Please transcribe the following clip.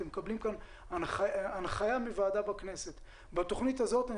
אתם מקבלים כאן הנחיה מוועדה בכנסת בתוכנית הזו אני